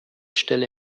stelle